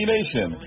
Nation